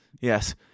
yes